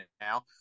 now